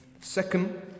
second